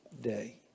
day